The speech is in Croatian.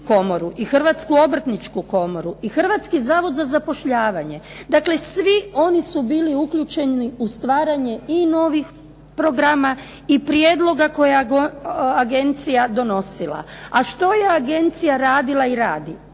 i Hrvatsku obrtničku komoru, i Hrvatski zavod za zapošljavanje. Dakle, svi oni su bili uključeni u stvaranje i novih programa i prijedloga koje je agencija donosila. A što je agencija radila i radi?